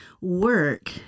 work